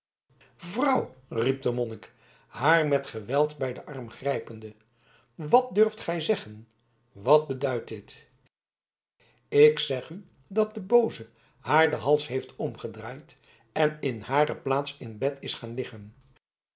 vrouw riep de monnik haar met geweld bij den arm grijpende wat durft gij zeggen wat beduidt dit ik zeg u dat de booze haar den hals heeft omgedraaid en in hare plaats in bed is gaan liggen